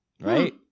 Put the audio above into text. Right